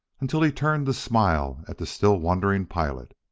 until he turned to smile at the still-wondering pilot.